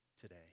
today